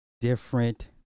different